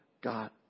God